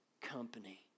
company